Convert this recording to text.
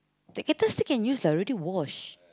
the kettle still can use lah I already wash